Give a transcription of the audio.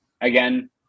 Again